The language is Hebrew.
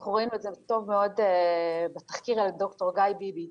אנחנו רואים את זה טוב מאוד בתחקיר על ד"ר גיא ביבי,